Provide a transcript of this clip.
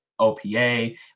OPA